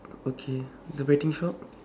okay the betting shop